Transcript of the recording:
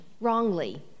wrongly